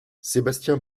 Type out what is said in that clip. sébastien